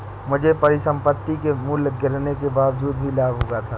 मुझे परिसंपत्ति के मूल्य गिरने के बावजूद भी लाभ हुआ था